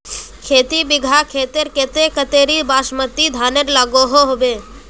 खेती बिगहा खेतेर केते कतेरी बासमती धानेर लागोहो होबे?